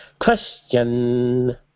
Question